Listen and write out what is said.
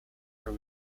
are